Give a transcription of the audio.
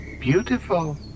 Beautiful